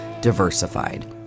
diversified